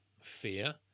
fear